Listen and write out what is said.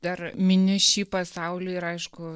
dar mini šį pasaulį ir aišku